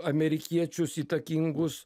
amerikiečius įtakingus